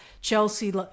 Chelsea